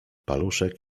paluszek